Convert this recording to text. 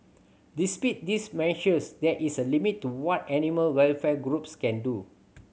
despite these measures there is a limit to what animal welfare groups can do